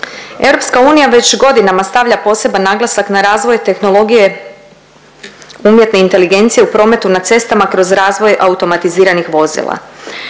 Europska unija već godinama stavlja poseban naglasak na razvoj tehnologije UI u prometu na cestama kroz razvoj automatiziranih vozila.